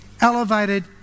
elevated